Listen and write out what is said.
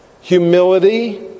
humility